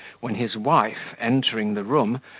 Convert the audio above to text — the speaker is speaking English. when his wife, entering the room,